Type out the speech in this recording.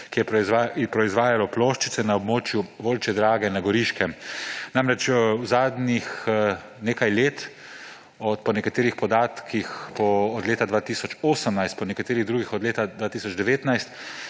ki je proizvajalo ploščice na območju Volčje Drage na Goriškem. Namreč zadnjih nekaj let, po nekaterih podatkih od leta 2018, po nekaterih drugih od leta 2019,